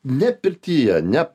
ne pirtyje ne